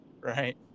right